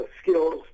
skills